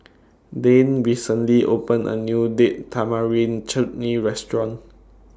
Dayne recently opened A New Date Tamarind Chutney Restaurant